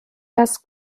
das